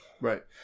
Right